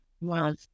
Wow